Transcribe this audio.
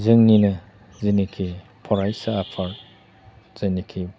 जोंनिनो जेनोखि फरायसाफोर जेनोखि